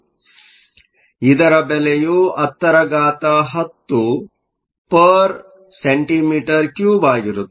ಆದ್ದರಿಂದ ಇದರ ಬೆಲೆಯು 1010 cm 3 ಆಗಿರುತ್ತದೆ